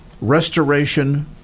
restoration